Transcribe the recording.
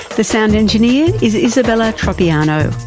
the sound engineer is isabella tropiano.